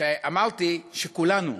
אמרתי, שכולנו,